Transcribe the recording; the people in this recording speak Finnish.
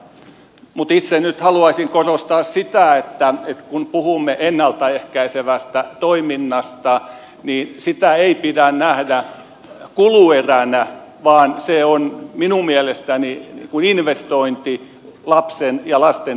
mutta itse nyt haluaisin korostaa sitä että kun puhumme ennalta ehkäisevästä toiminnasta niin sitä ei pidä nähdä kulueränä vaan se on minun mielestäni investointi lapsen ja lasten tulevaisuuteen